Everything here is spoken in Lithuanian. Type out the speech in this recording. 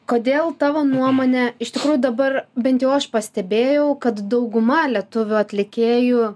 kodėl tavo nuomone iš tikrųjų dabar bent jau aš pastebėjau kad dauguma lietuvių atlikėjų